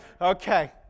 okay